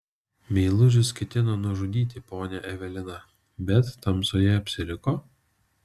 meilužis ketino nužudyti ponią eveliną bet tamsoje apsiriko